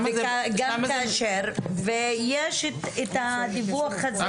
ויש את הדיווח הזה,